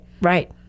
Right